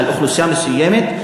על אוכלוסייה מסוימת,